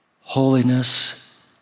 Holiness